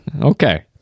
Okay